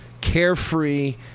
carefree